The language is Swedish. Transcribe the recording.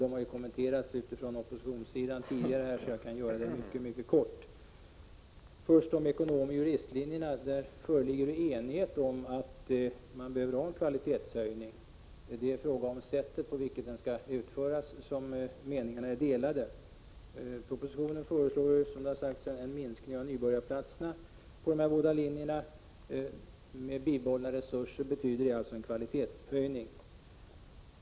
Det har kommenterats från oppositionssidan tidigare, så jag kan fatta mig mycket kort. Först ekonomoch juristlinjerna. Där föreligger enighet om att det behövs en kvalitetshöjning. Det är i fråga om sättet på vilket den skall utföras som meningarna är delade. Propositionen föreslår, som det har sagts här, en minskning av nybörjarplatserna på de båda linjerna. Med bibehållna resurser betyder det alltså en kvalitetshöjning.